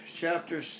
chapter